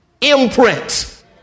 imprint